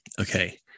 Okay